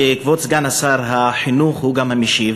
שכבוד סגן שר החינוך הוא גם המשיב,